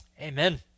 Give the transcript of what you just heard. Amen